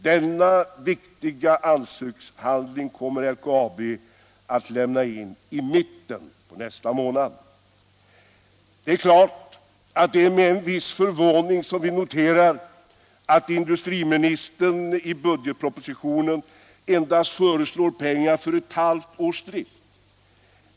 Den viktiga ansökningshandlingen i anslutning till detta arbete kommer LKAB att lämna in i mitten av nästa månad. Det är klart att det är med en viss förvåning som vi noterar att industriministern i budgetpropositionen endast föreslår pengar för ett halvt års drift.